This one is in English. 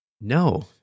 No